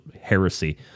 heresy